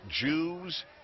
Jews